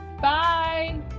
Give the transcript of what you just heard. Bye